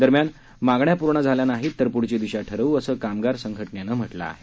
दरम्यान मागण्या पूर्ण झाल्या नाही तर प्ढची दिशा ठरवू असं कामगार संघटनेनं सांगितलं आहे